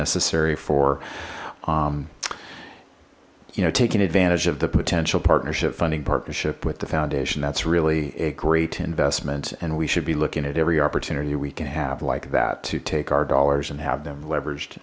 necessary for you know taking advantage of the potential partnership funding partnership with the foundation that's really a great investment and we should be looking at every opportunity we can have like that to take our dollars and have them leveraged to